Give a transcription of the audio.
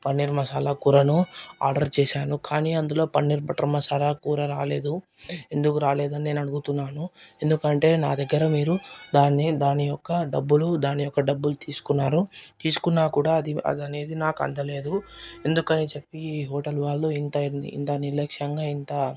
పన్నీర్ మసాలా కూరను ఆర్డర్ చేసాను కానీ అందులో పన్నీర్ బటర్ మసాలా కూర రాలేదు ఎందుకు రాలేదు అని నేను అడుగుతున్నాను ఎందుకంటే నా దగ్గర మీరు దాన్ని దాని యొక్క డబ్బులు దాని యొక్క డబ్బులు తీసుకున్నారు తీసుకున్నా కూడా అది అనేది నాకు అందలేదు ఎందుకని చెప్పి ఈ హోటల్ వాళ్ళు ఇంత ఇంత నిర్లక్ష్యంగా ఇంత